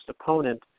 opponent